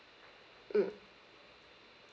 mm